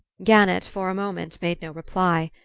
gannett, for a moment, made no reply.